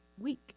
week